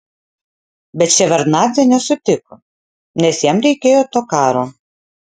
bet ševardnadzė nesutiko nes jam reikėjo to karo